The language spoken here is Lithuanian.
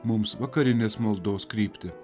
mums vakarinės maldos kryptį